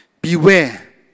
Beware